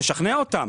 תשכנע אותם.